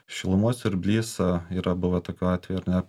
šilumos siurblys yra buvę tokiu atvejų ar ne